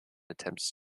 attempts